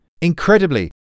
Incredibly